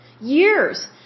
Years